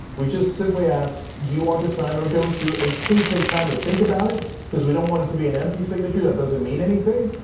we just simply ask, do you want to sign or don't you? and please take time to think about it cuz we don't want it to be an empty signature that doesn't mean anything.